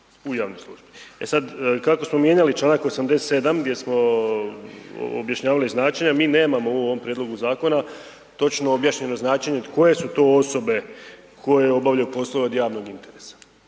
u javnoj službi. E sad, kako smo mijenjali čl. 87. gdje smo objašnjavali značenja, mi nemamo u ovom prijedlogu zakona točno objašnjeno značenje koje su to osobe koje obavljaju poslove od javnog interesa.